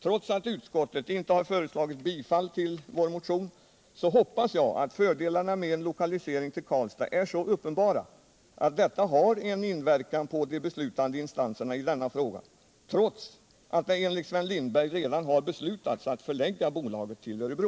Även om utskottet inte har föreslagit bifall till vår motion = företagens utveckså hoppas jag alltså att fördelarna med en lokalisering till Karlstad är — ling, m.m. så uppenbara att detta har en inverkan på de beslutande instanserna i denna fråga, trots att det enligt Sven Lindberg redan har beslutats att man skall förlägga bolaget till Örebro.